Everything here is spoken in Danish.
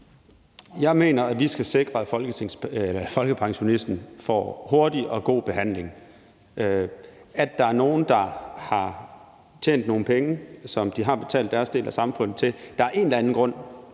Jeg mener, at vi skal sikre, at folkepensionisten får hurtig og god behandling. Der er nogen, der har tjent nogle penge, som de har betalt deres del af til samfundet. Vi skal stille en garanti